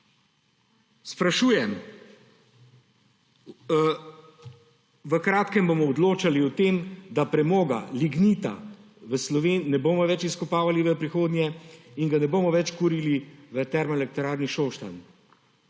Sprašujem. V kratkem bomo odločali o tem, da premoga, lignita v ne bomo več izkopavali v prihodnje in ga ne bomo več kurili v Termoelektrarni Šoštanj.